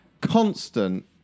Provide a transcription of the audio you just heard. constant